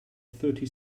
thirty